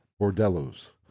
bordellos